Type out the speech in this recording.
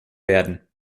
werden